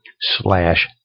slash